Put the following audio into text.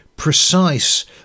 precise